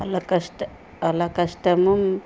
వాళ్ళ కష్ట వాళ్ళ కష్టము